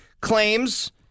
claims